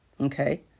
Okay